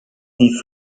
die